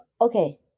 Okay